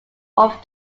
off